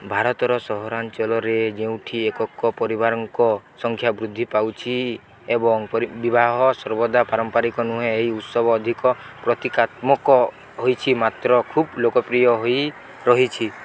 ଭାରତର ସହରାଞ୍ଚଲରେ ଯେଉଁଠି ଏକକ ପରିବାରଙ୍କ ସଂଖ୍ୟା ବୃଦ୍ଧି ପାଉଛି ଏବଂ ପରି ବିବାହ ସର୍ବଦା ପାରମ୍ପାରିକ ନୁହେଁ ଏହି ଉତ୍ସବ ଅଧିକ ପ୍ରତୀକାତ୍ମକ ହୋଇଛି ମାତ୍ର ଖୁବ୍ ଲୋକପ୍ରିୟ ହୋଇ ରହିଛି